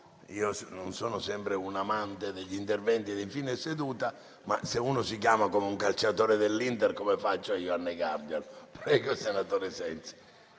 Io non sono sempre un amante degli interventi di fine seduta, ma se uno si chiama come un calciatore dell'Inter, come faccio a negarglielo? Ne